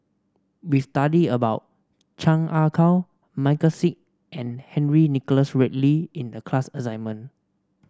we studied about Chan Ah Kow Michael Seet and Henry Nicholas Ridley in the class assignment